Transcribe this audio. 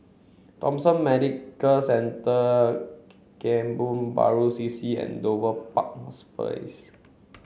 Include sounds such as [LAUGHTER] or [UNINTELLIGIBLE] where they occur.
Thomson Medical Centre Kebun Baru C C and Dover [UNINTELLIGIBLE]